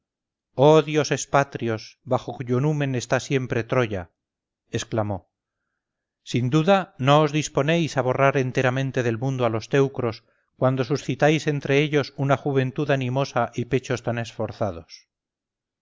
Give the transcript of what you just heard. dioses patrios bajo cuyo numen está siempre troya exclamó sin duda no os disponéis a borrar enteramente del mundo a los teucros cuando suscitáis entre ellos una juventud animosa y pechos tan esforzados